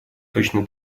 точно